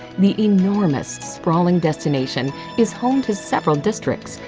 the enormous sprawling destination is home to several districts,